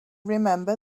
remember